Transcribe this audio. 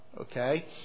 Okay